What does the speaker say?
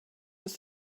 ist